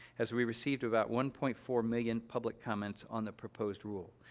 as we received about one point four million public comments on the proposed rule.